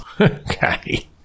Okay